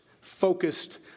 focused